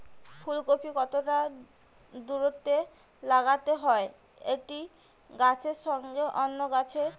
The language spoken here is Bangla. ফুলকপি কতটা দূরত্বে লাগাতে হয় একটি গাছের সঙ্গে অন্য গাছের?